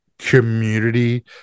Community